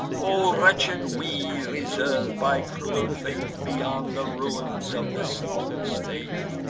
o wretched we, reserv'd by cruel fate, beyond the ruins of the sinking state!